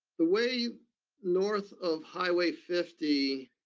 the way north of highway fifty